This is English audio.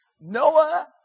Noah